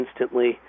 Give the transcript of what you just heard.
instantly